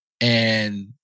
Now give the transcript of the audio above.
and-